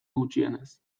gutxienez